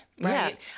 Right